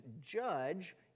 judge